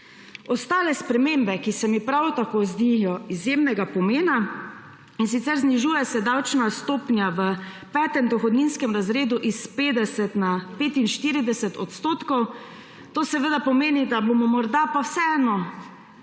Ostale spremembe, ki se mi prav tako zdijo izjemnega pomena, in sicer znižuje se davčna stopnja v petem dohodninskem razredu s 50 na 45 odstotkov. To seveda pomeni, da bomo morda pa vseeno